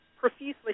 profusely